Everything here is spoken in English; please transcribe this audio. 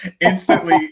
instantly